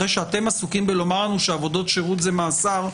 אחרי שאתם עסוקים בלומר לנו שעבודות שירות זה מאסר,